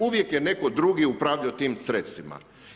Uvijek je netko drugi upravljao tim sredstvima.